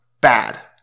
bad